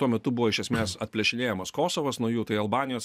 tuo metu buvo iš esmės atplėšinėjamas kosovas nuo jų tai albanijos